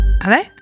hello